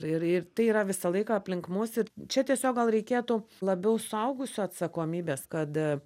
ir ir tai yra visą laiką aplink mus ir čia tiesiog gal reikėtų labiau suaugusių atsakomybės kad